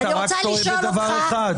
אני רוצה לשאול אותך,